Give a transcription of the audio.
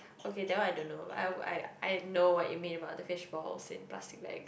okay that one I don't know but I would I I know what you mean about the fishballs in plastic bags